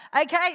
Okay